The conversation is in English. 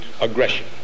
aggression